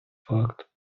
факт